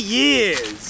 years